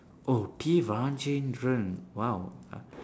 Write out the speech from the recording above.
oh T rajendar !wow!